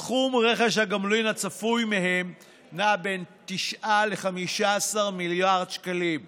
סכום רכש הגומלין הצפוי מהם נע בין 9 ל-15 מיליארד שקלים למשק,